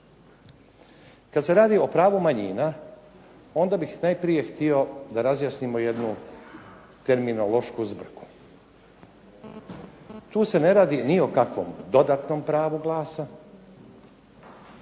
Kad se radi o pravu manjina onda bih najprije htio da razjasnimo jednu terminološku zbrku. Tu se ne radi ni o kakvom dodatnom pravu glasa